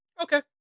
Okay